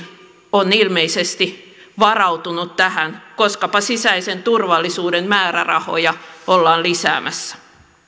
on ilmeisesti varautunut tähän koskapa sisäisen turvallisuuden määrärahoja ollaan lisäämässä